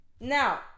Now